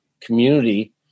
community